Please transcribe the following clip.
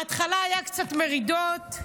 בהתחלה היו קצת מרידות.